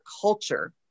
culture